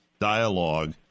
dialogue